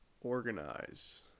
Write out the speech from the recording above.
organize